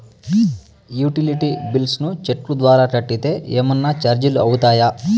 Utility bills ను cheque ద్వారా కట్టితే ఏమన్నా చార్జీలు అవుతాయా?